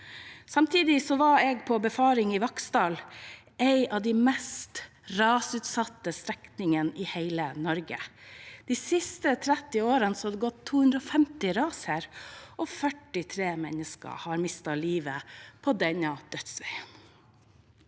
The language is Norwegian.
Samtidig var jeg på befaring i Vaksdal, en av de mest rasutsatte strekningene i hele Norge. De siste 30 årene har det gått 250 ras her, og 43 mennesker har mistet livet på denne dødsveien.